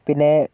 പിന്നെ